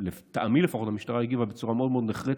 לטעמי לפחות המשטרה הגיבה בצורה מאוד מאוד נחרצת,